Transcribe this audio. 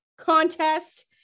contest